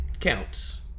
counts